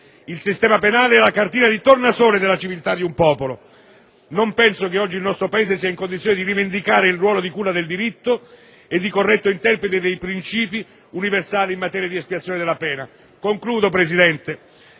Il sistema penale è la cartina di tornasole della civiltà di un popolo. Non penso che oggi il nostro Paese sia in condizione di rivendicare il ruolo di culla del diritto e di corretto interprete dei principi universali in materia di espiazione della pena. Signor Presidente,